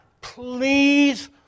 please